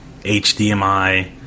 HDMI